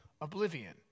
oblivion